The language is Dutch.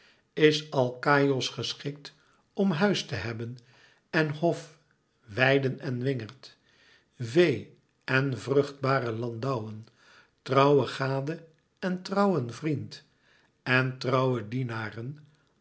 is alkaïos geschikt om huis te hebben en hof weiden en wingerd vee en vruchtbare landouwen trouwe gade en trouwen vriend en trouwe dienaren